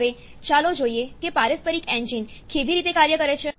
હવે ચાલો જોઈએ કે પારસ્પરિક એન્જિન કેવી રીતે કાર્ય કરે છે